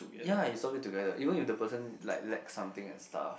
ya you solve it together even if the person like lack something and stuff